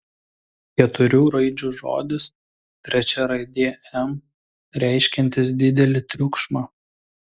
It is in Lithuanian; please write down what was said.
keturių raidžių žodis trečia raidė m reiškiantis didelį triukšmą